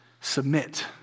submit